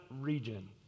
region